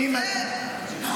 אבל זה --- האמת היא,